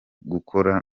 gukora